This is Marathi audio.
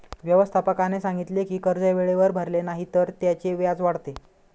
व्यवस्थापकाने सांगितले की कर्ज वेळेवर भरले नाही तर त्याचे व्याज वाढते